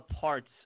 parts